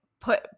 put